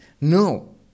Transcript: No